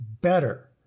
better